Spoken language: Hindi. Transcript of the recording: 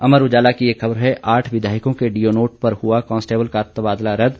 अमर उजाला की एक खबर है आठ विधायकों के डीओ नोट पर हुआ कांस्टेबल का तबादला रद्द